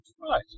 Right